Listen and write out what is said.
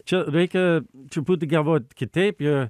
čia reikia truputį galvot kitaip ir